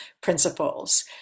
principles